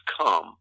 come